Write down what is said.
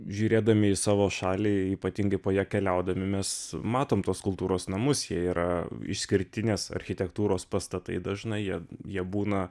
žiūrėdami į savo šaliai ypatingai po ją keliaudami mes matom tos kultūros namus jie yra išskirtinės architektūros pastatai dažnai jie būna